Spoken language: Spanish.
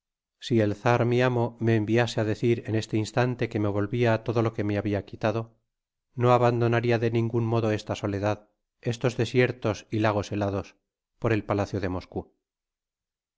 si el czar mi amo me enviase á decir en este instante que me volvia todo lo que me habia quitado no abandonaria de ningun modo esta soledad estos desiertos y lagos helados per el palacio de moscou